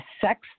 sex